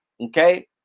okay